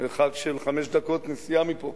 מרחק חמש דקות נסיעה מפה,